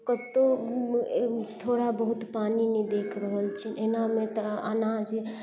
कतौ थोड़ा बहुत पानि नहि देख रहल छै एनामे तऽ अनाज